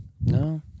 no